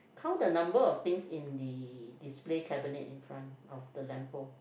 count the number of things in the display cabinet in front of the lamp pole